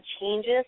changes